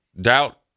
Doubt